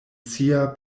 sia